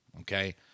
Okay